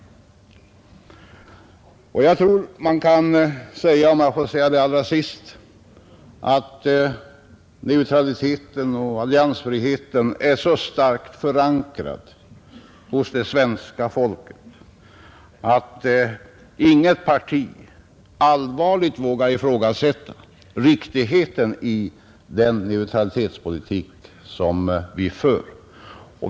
Jag tror — om jag får säga det allra sist — att neutraliteten och alliansfriheten är så starkt förankrade hos det svenska folket, att inget parti allvarligt vågar ifrågasätta riktigheten av den neutralitetspolitik som vi för.